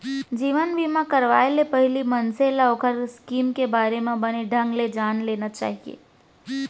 जीवन बीमा करवाय ले पहिली मनसे ल ओखर स्कीम के बारे म बने ढंग ले जान लेना चाही